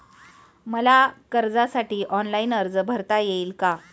मला कर्जासाठी ऑनलाइन अर्ज भरता येईल का?